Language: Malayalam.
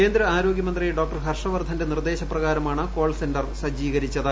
കേന്ദ്ര ആരോഗ്യമന്ത്രി ഡോ ഹർഷവർദ്ധന്റെ നിർദ്ദേശപ്രകാരമാണ് കോൾസെന്റർ സജ്ജീകരിച്ചത്